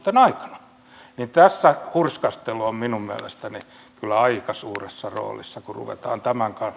hallitusten aikana niin tässä hurskastelu on minun mielestäni kyllä aika suuressa roolissa kun ruvetaan tämän